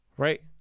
Right